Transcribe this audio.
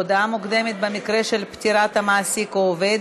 הודעה מוקדמת במקרה של פטירת המעסיק או העובד),